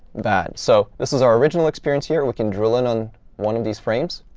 bad. so this is our original experience here. we can drill in on one of these frames.